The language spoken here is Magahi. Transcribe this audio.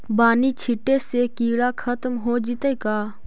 बानि छिटे से किड़ा खत्म हो जितै का?